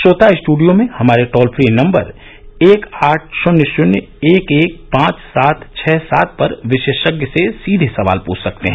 श्रोता स्टडियो में हमारे टोल फ्री नम्बर एक आठ शन्य शन्य एक एक पांच सात छः सात पर विशेषज्ञ से सीधे सवाल पृष्ठ सकते हैं